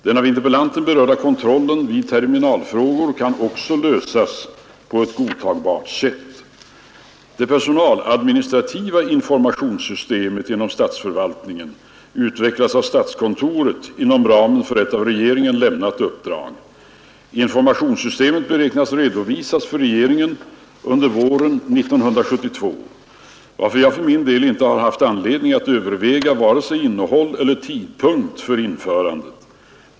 Den av interpellanten berörda kontrollen vid terminalfrågor kan också lösas på ett godtagbart sätt. Det personaladministrativa informationssystemet inom statsförvaltningen utvecklas av statskontoret inom ramen för ett av regeringen lämnat uppdrag. Informationssystemet beräknas redovisas för regeringen under våren 1972. varför jag för min del inte har haft anledning att överväga vare sig imnehall eller tidpunkt för införandet.